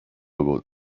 about